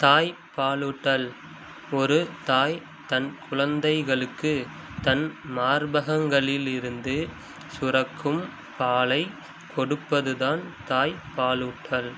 தாய்ப்பாலூட்டல் ஒரு தாய் தன் குழந்தைகளுக்கு தன் மார்பகங்களிலிருந்து சுரக்கும் பாலைக் கொடுப்பது தான் தாய்ப்பாலூட்டல்